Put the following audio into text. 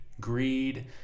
greed